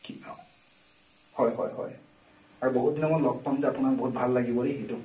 হয় হয় হয় আৰু বহুত দিনৰ মূৰত লগ পাম যে আপোনাক বহুত ভাল লাগিব দেই সেইটো